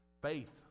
Faith